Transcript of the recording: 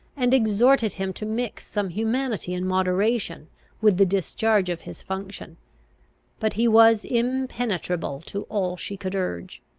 and exhorted him to mix some humanity and moderation with the discharge of his function but he was impenetrable to all she could urge.